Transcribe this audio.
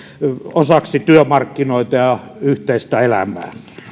osaksi työmarkkinoita ja yhteistä elämää